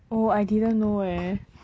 oh I didn't know eh